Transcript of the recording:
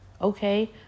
Okay